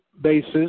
basis